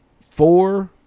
Four